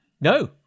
No